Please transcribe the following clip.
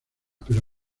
pero